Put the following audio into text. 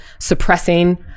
suppressing